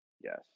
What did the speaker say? yes